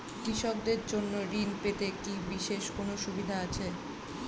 কৃষকদের জন্য ঋণ পেতে কি বিশেষ কোনো সুবিধা আছে?